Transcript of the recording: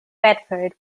bedford